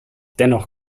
dennoch